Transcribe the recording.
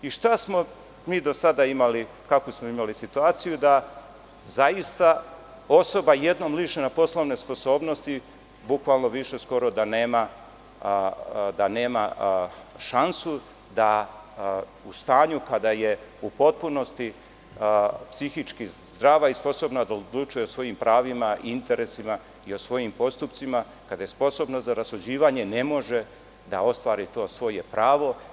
Mi smo do sada imali situaciju da zaista osoba jednom lišena poslovne sposobnosti bukvalno više skoro da nema šansu da u stanju kada je u potpunosti psihički zdrava i sposobna da odlučuje o svojim pravima, interesima i o svojim postupcima, kada je sposobna za rasuđivanje, ne može da ostvari to svoje pravo.